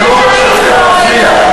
תעשה לי טובה,